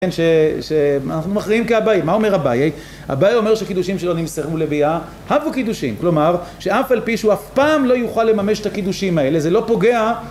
כן שאנחנו מכריעים כאבאי מה אומר אבאי, אבאי אומר שקידושים שלא נמסכנו לוויה אף הוא קידושים כלומר שאף על פי שהוא אף פעם לא יוכל לממש את הקידושים האלה זה לא פוגע